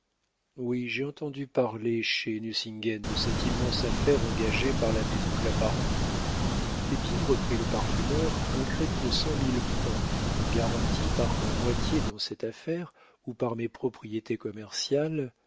oui j'ai entendu parler chez nucingen de cette immense affaire engagée par la maison claparon eh bien reprit le parfumeur un crédit de cent mille francs garanti par ma moitié dans cette affaire ou par mes propriétés commerciales